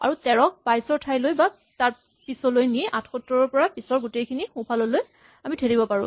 আমি ১৩ ক ২২ ৰ ঠাইলৈ বা তাৰ পিছলৈ নি ৭৮ ৰ পৰা পিছৰ গোটেইখিনি সোঁফাললৈ থেলিব পাৰো